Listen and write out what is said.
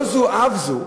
לא זו אף זו,